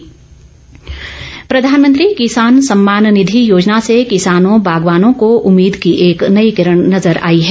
किसान सम्मान निधि योजना प्रधानमंत्री किसान सम्मान निधि योजना से किसानों बागवानों को उम्मीद की एक नई किरण नजर आई है